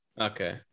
Okay